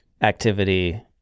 activity